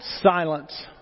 silence